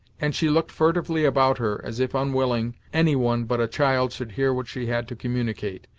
and she looked furtively about her as if unwilling any one but a child should hear what she had to communicate,